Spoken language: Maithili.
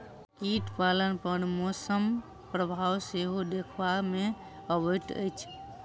कीट पालन पर मौसमक प्रभाव सेहो देखबा मे अबैत अछि